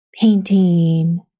painting